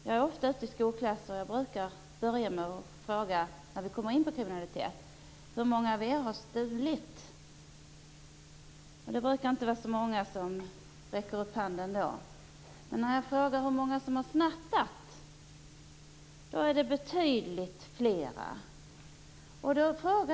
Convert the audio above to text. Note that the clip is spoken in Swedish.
Jag är ofta ute i skolklasser och brukar när vi kommer in på kriminalitet fråga: Hur många av er har stulit? Det brukar då inte vara så många som räcker upp handen. Men när jag frågar hur många som har snattat är det betydligt flera som räcker upp handen.